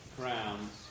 crowns